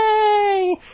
Yay